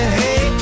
hey